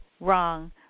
wrong